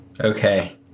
Okay